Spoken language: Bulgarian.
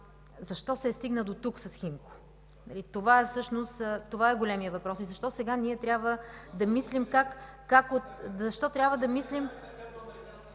защо се стигна дотук с „Химко”? Това е големият въпрос и защо сега ние трябва да мислим